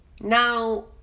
now